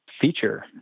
feature